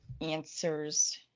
answers